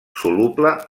soluble